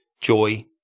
joy